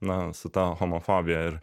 na su ta homofobija ir